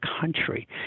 country